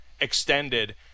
extended